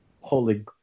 Holy